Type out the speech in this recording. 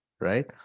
right